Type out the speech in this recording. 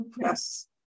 Yes